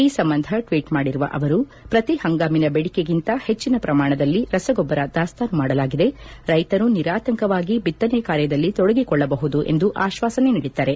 ಈ ಸಂಬಂಧ ಟ್ವೀಟ್ ಮಾಡಿರುವ ಅವರು ಪ್ರತಿ ಹಂಗಾಮಿನ ದೇಡಿಕೆಗಿಂತ ಹೆಚ್ಚನ ಪ್ರಮಾಣದಲ್ಲಿ ರಸಗೊಬ್ಬರ ದಾಸ್ತಾನು ಮಾಡಲಾಗಿದೆ ರೈತರು ನಿರಾತಂಕವಾಗಿ ಬಿತ್ತನೆ ಕಾರ್ಯದಲ್ಲಿ ತೊಡಗಿಸಿಕೊಳ್ಳಬಹುದು ಎಂದು ಆಶ್ವಾಸನೆ ನೀಡಿದ್ದಾರೆ